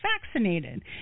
vaccinated